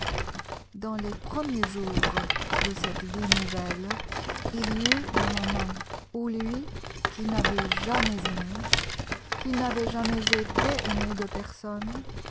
dans les premiers jours de cette vie nouvelle il y eut des moments où lui qui n'avait jamais aimé qui n'avait jamais été aime de personne